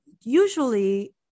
usually